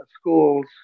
schools